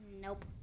Nope